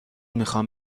میخوام